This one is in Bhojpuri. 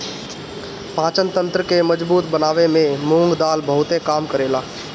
पाचन तंत्र के मजबूत बनावे में मुंग दाल बहुते काम करेला